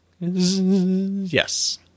Yes